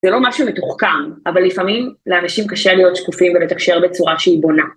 זה לא משהו מתוחכם, אבל לפעמים לאנשים קשה להיות שקופים ולתקשר בצורה שהיא בונה.